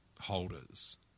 holders